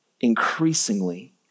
increasingly